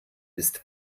ist